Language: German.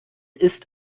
ist